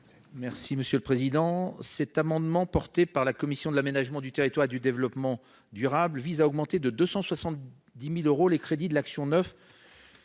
le rapporteur pour avis. Cet amendement de la commission de l'aménagement du territoire et du développement durable vise à augmenter de 270 000 euros les crédits de l'action n°